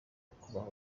kubaho